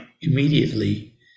immediately